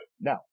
Now